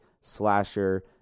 slasher